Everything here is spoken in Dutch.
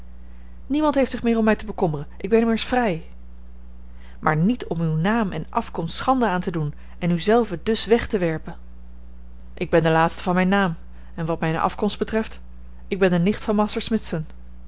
niemand heeft zich meer om mij te bekommeren ik ben immers vrij maar niet om uw naam en afkomst schande aan te doen en u zelve dus weg te werpen ik ben de laatste van mijn naam en wat mijne afkomst betreft ik ben de nicht van